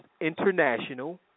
International